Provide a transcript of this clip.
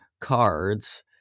cards